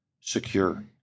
secure